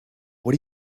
what